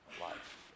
life